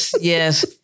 yes